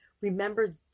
remember